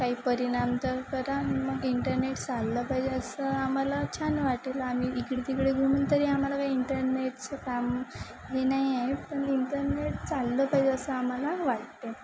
काही परिणाम तर करा मग इंटरनेट चाललं पाहिजे असं आम्हाला छान वाटेल आम्ही इकडेतिकडे घुमून तरी आम्हाला काही इंटरनेटचं काम हे नाही आहे पण इंटरनेट चाललं पाहिजे असं आम्हाला वाटते